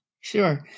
Sure